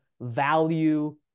value